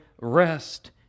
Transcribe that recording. rest